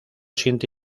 siente